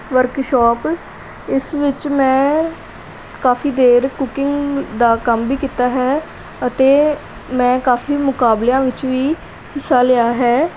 workshop ਇਸ ਵਿੱਚ ਮੈਂ ਕਾਫ਼ੀ ਦੇਰ ਕੁਕਿੰਗ ਦਾ ਕੰਮ ਵੀ ਕੀਤਾ ਹੈ ਅਤੇ ਮੈਂ ਕਾਫ਼ੀ ਮੁਕਾਬਲਿਆਂ ਵਿੱਚ ਵੀ ਹਿੱਸਾ ਲਿਆ ਹੈ